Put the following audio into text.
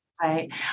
Right